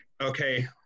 okay